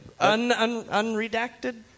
unredacted